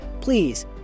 please